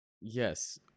Yes